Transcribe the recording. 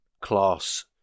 class